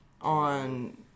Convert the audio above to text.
on